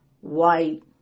white